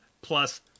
plus